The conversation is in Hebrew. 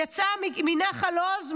היא יצאה מנחל עוז,